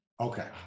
Okay